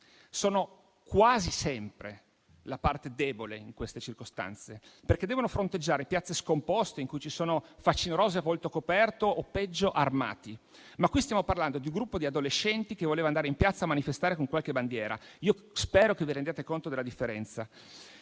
sono quasi sempre la parte debole in queste circostanze, perché devono fronteggiare piazze scomposte in cui ci sono facinorosi a volto coperto o peggio armati, ma qui stiamo parlando di un gruppo di adolescenti che voleva andare in piazza a manifestare con qualche bandiera. Io spero che vi rendiate conto della differenza.